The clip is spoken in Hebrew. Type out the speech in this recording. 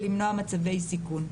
ולמנוע מצבי סיכון.